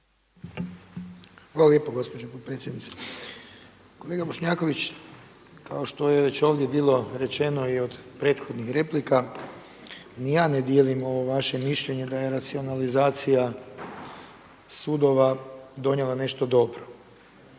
Hvala lijepo gospođo potpredsjednice. Kolega Bošnjaković, kao što je ovdje već bilo rečeno i od prethodnih replika ni ja ne dijelim ovo vaše mišljenje da je racionalizacija sudova donijela nešto dobro.